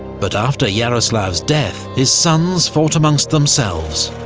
but after yaroslav's death his sons fought amongst themselves.